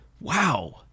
Wow